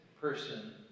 person